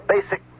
basic